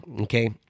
Okay